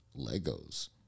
Legos